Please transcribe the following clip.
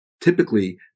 typically